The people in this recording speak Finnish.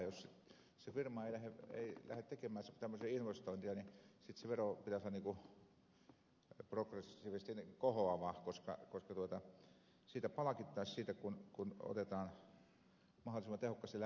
jos se firma ei lähde tekemään tämmöistä investointia niin sitten sen veron pitäisi olla progressiivisesti kohoava koska siitä palkittaisiin kun otetaan mahdollisimman tehokkaasti lämpö talteen